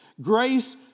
grace